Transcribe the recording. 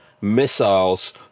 missiles